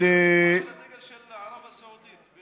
ערב הסעודית.